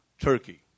Turkey